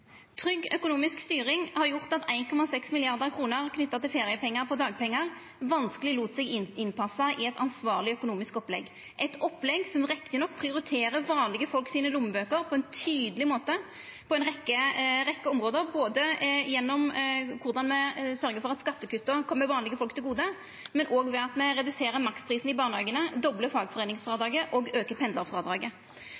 Trygg økonomisk styring har gjort at 1,6 mrd. kr knytte til feriepengar på dagpengar vanskeleg lét seg innpassa i eit ansvarleg økonomisk opplegg – eit opplegg som rett nok prioriterer lommebøkene til vanlege folk på ein tydeleg måte på ei rekkje område, både gjennom korleis me sørgjer for at skattekutta kjem vanlege folk til gode, og ved at me reduserer maksprisen i